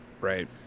right